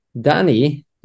Danny